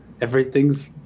Everything's